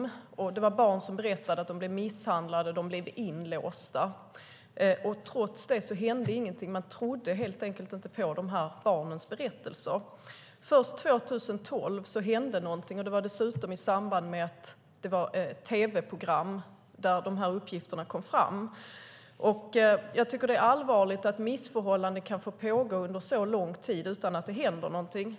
Det var barn som berättade att de blev misshandlade och inlåsta. Trots detta hände ingenting. Man trodde helt enkelt inte på de här barnens berättelser. Först 2012 hände något. Det var dessutom i samband med att de här uppgifterna kom fram i ett tv-program. Jag tycker att det är allvarligt att missförhållanden kan få pågå under så lång tid utan att det händer något.